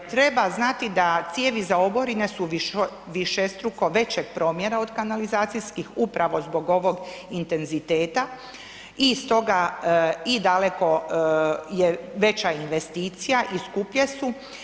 Treba znati da cijevi za oborine su višestruko većeg promjera od kanalizacijskih, upravo zbog ovog intenziteta i stoga i daleko je veća investicija i skuplje su.